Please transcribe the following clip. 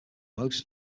most